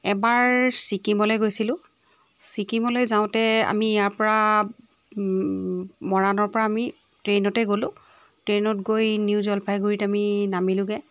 এবাৰ ছিকিমলৈ গৈছিলোঁ ছিকিমলৈ যাওঁতে আমি ইয়াৰ পৰা মৰাণৰ পৰা আমি ট্ৰেইনতে গলোঁ ট্ৰেইনত গৈ নিউ জলপাইগুড়িত আমি নামিলোঁগৈ